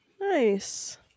nice